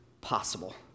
possible